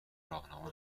راهنما